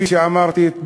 כפי שאמרתי,